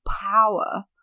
power